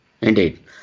Indeed